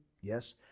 Yes